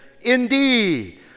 indeed